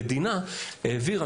המדינה העבירה,